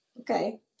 Okay